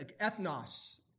ethnos